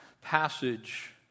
passage